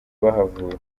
bahavuye